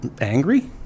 angry